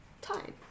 Time